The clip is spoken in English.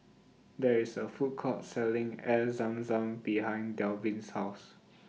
There IS A Food Court Selling Air Zam Zam behind Delvin's House